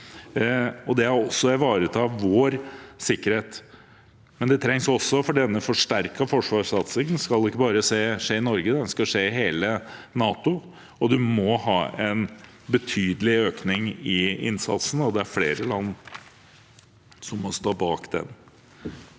Det er også å ivareta vår sikkerhet. Denne forsterkede forsvarssatsingen skal ikke bare skje i Norge, den skal skje i hele NATO. En må ha en betydelig økning i innsatsen, og det er flere land som må stå bak den.